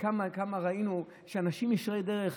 כמה ראינו שאנשים ישרי דרך,